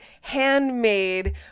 handmade